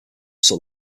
saw